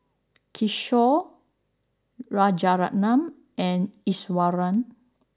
Kishore Rajaratnam and Iswaran